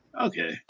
Okay